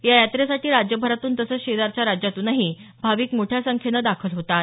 या यात्रेसाठी राज्यभरातून तसंच शेजारच्या राज्यातूनही भाविक मोठ्या संख्येनं दाखल होतात